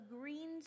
Green